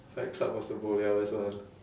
fight club also bo liao this one